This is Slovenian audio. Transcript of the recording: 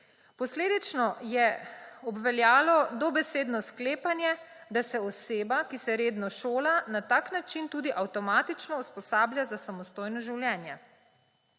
Posledično je obveljalo dobesedno sklepanje, da se oseba, ki se redno šola, na tak način tudi avtomatično usposablja za samostojno življenje.